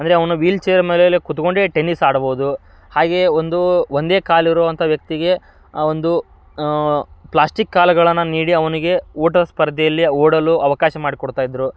ಅಂದರೆ ಅವನು ವೀಲ್ಚೇರ್ ಮೇಲೆ ಕೂತ್ಕೊಂಡೇ ಟೆನ್ನಿಸ್ ಆಡ್ಬೋದು ಹಾಗೇ ಒಂದು ಒಂದೇ ಕಾಲಿರುವಂಥ ವ್ಯಕ್ತಿಗೆ ಆ ಒಂದು ಪ್ಲಾಸ್ಟಿಕ್ ಕಾಲುಗಳನ್ನು ನೀಡಿ ಅವನಿಗೆ ಓಟದ ಸ್ಪರ್ಧೆಯಲ್ಲಿ ಓಡಲು ಅವಕಾಶ ಮಾಡ್ಕೊಡ್ತಾ ಇದ್ದರು